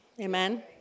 Amen